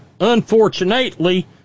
Unfortunately